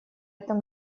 этом